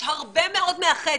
יש הרבה מאוד מאחד.